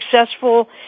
successful